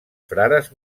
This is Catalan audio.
frares